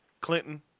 Clinton